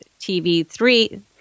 tv3